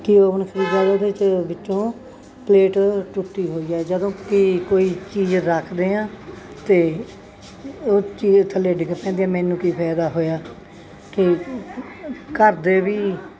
ਕੀ oven ਖਰੀਦਿਆ ਉਹਦੇ 'ਚ ਵਿੱਚੋਂ ਪਲੇਟ ਟੁੱਟੀ ਹੋਈ ਆ ਜਦੋਂ ਕਿ ਕੋਈ ਚੀਜ਼ ਰੱਖਦੇ ਹਾਂ ਤਾਂ ਉਹ ਚੀਜ਼ ਥੱਲੇ ਡਿੱਗ ਪੈਂਦੀ ਹੈ ਮੈਨੂੰ ਕੀ ਫ਼ਾਇਦਾ ਹੋਇਆ ਕਿ ਘਰ ਦੇ ਵੀ